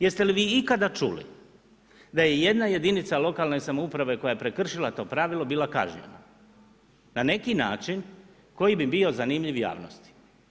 Jeste li vi ikada čuli da je jedna jedinica lokalne samouprave koja je prekršila to pravilo bila kažnjena na neki način koji bi bio zanimljiv javnosti?